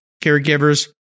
caregivers